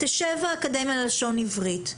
ותשב האקדמיה ללשון עברית,